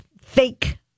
fake